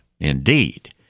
Indeed